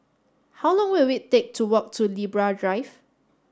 how long will it take to walk to Libra Drive